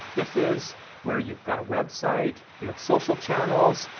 this is where you've got a website, you have social channels,